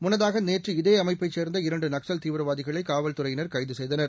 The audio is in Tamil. முன்னதாகநேற்று இதேஅமைப்பைசேர்ந்த இரண்டுநக்சல் தீவிரவாதிகளைகாவல்துறையினர் கைதுசெய்தனர்